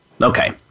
Okay